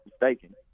mistaken